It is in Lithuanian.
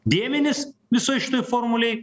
dėmenis visoj šitoj formulėj